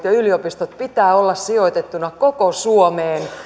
ja yliopistojen pitää olla sijoitettuna koko suomeen